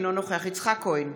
אינו נוכח יצחק כהן,